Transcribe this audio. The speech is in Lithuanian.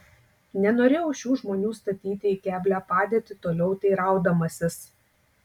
nenorėjau šių žmonių statyti į keblią padėtį toliau teiraudamasis